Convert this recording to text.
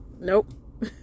nope